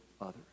others